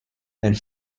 and